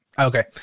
Okay